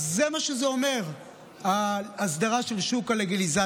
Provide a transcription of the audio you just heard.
אז זה מה שזה אומר, האסדרה של שוק הקנביס,